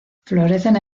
florecen